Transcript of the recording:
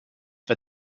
for